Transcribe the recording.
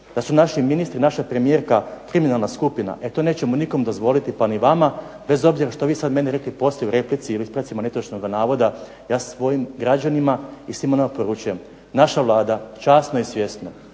da su naši ministri, naša premijerka kriminalna skupina. E to nećemo nikom dozvoliti pa ni vama, bez obzira što vi sad meni rekli poslije u replici ili ispravcima netočnoga navoda. Ja svojim građanima i svima nama poručujem. Naša Vlada časno i svjesno